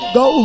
go